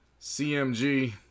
CMG